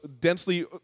densely